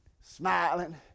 smiling